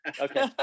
Okay